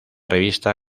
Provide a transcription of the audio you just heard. revista